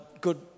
good